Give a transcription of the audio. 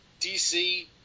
DC